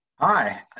Hi